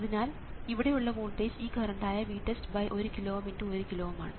അതിനാൽ ഇവിടെയുള്ള വോൾട്ടേജ് ഈ കറണ്ട് ആയ VTEST 1 കിലോ Ω × 1 കിലോ Ω ആണ്